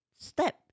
step